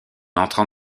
entrant